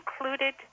included